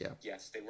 yes